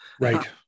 Right